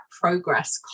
progress